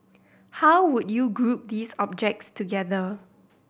how would you group these objects together